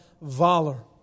valor